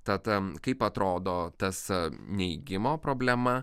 tad kaip atrodo tas neigimo problema